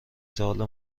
سوال